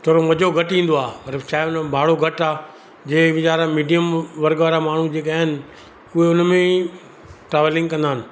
थोरो मज़ो घटि ईंदो आहे पर छाहे हुन में भाड़ो घटि आहे जे वेचारा मीडिअम वर्ग वारा माण्हू जेके आहिनि उहे हुन में ई ट्रावेलिंग कंदा आहिनि